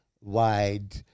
wide